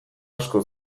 asko